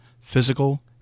physical